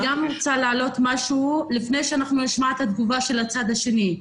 אני גם רוצה להעלות משהו לפני שאנחנו נשמע את התגובה של הצד השני.